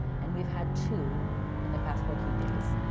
and we've had two in the past fourteen days.